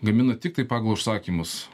gamina tiktai pagal užsakymus